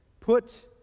Put